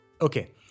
Okay